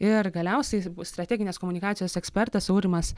ir galiausiai strateginės komunikacijos ekspertas aurimas